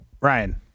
Ryan